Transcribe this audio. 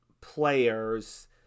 players